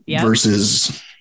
versus